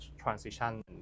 transition